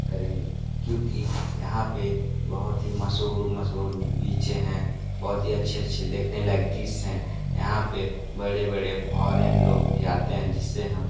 करेंगे क्योंकि यहाँ पर बहुत ही मशहूर मशहूर बीचें हैं बहुत ही अच्छे अच्छे देखने लायक़ दृश्य हैं यहाँ पे बड़े बड़े फॉरेन लोग भी आते है जिस से हम